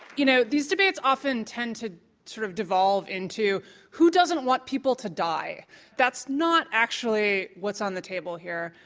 you know, these debates often tend to sort of devolve into who doesn't want people to die? so that's not actually what's on the table here.